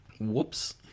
Whoops